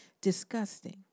disgusting